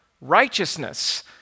righteousness